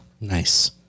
Nice